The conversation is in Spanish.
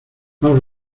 más